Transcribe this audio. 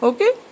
Okay